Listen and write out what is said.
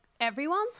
everyone's